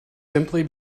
simply